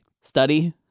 Study